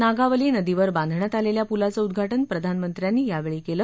नागावली नदीवर बांधण्यात आलेल्या पुलाचं उद्घाटन प्रधानमंत्र्यांनी यावेळी केलं